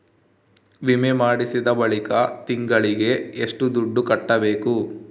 ವಿಮೆ ಮಾಡಿಸಿದ ಬಳಿಕ ತಿಂಗಳಿಗೆ ಎಷ್ಟು ದುಡ್ಡು ಕಟ್ಟಬೇಕು?